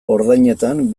ordainetan